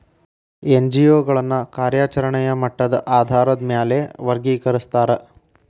NGO ಗಳನ್ನ ಕಾರ್ಯಚರೆಣೆಯ ಮಟ್ಟದ ಆಧಾರಾದ್ ಮ್ಯಾಲೆ ವರ್ಗಿಕರಸ್ತಾರ